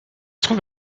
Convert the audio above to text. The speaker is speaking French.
trouve